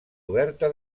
oberta